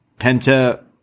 Penta